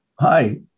Hi